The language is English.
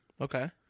Okay